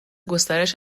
گسترش